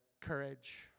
courage